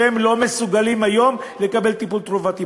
שלא מסוגלים היום לקבל טיפול תרופתי?